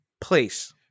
place